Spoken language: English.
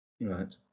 Right